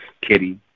Kitty